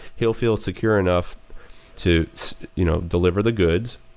he'll feel secure enough to you know deliver the goods.